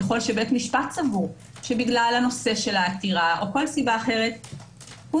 ככל שבית משפט סבור שבגלל הנושא של העתירה או כל סיבה אחרת הוא